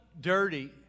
dirty